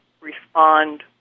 respond